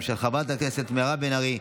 2022,